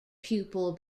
pupil